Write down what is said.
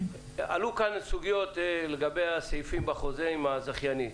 עלו כאן סוגיות לגבי הסעיפים בחוזה עם הזכיינית.